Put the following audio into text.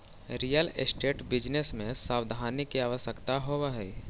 real estate business में सावधानी के आवश्यकता होवऽ हई